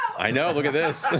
i know, look at this!